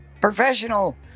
Professional